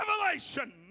revelation